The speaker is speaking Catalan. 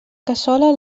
cassola